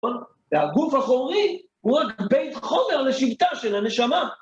והגוף החורי הוא רק בית חומר לשבטה של הנשמה.